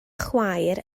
chwaer